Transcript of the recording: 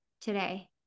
today